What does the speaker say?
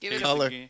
color